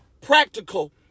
practical